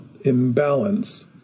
imbalance